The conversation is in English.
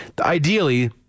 Ideally